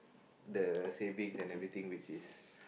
the savings and everything which is